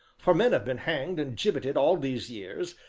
for men have been hanged and gibbeted all these years,